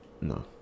No